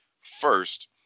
first